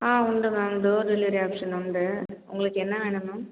ஆ உண்டு ma'am door delivery option உண்டு உங்களுக்கு என்ன வேணும் மேம்